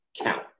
count